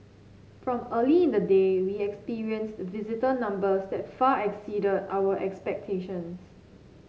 from early in the day we experienced visitor numbers that far exceeded our expectations